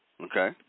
Okay